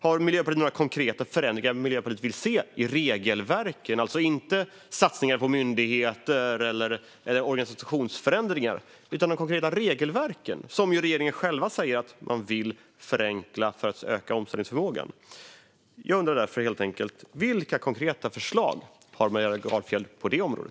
Har Miljöpartiet några konkreta förändringar som man vill se i regelverken, alltså inte satsningar på myndigheter eller organisationsförändringar, och som regeringen själv säger att den vill förenkla för att öka omställningsförmågan? Jag undrar därför helt enkelt: Vilka konkreta förslag har Maria Gardfjell på detta område?